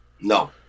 No